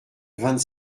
vingt